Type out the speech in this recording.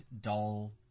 dull